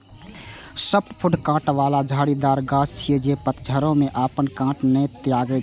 softwood कांट बला झाड़ीदार गाछ छियै, जे पतझड़ो मे अपन कांट नै त्यागै छै